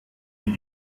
wie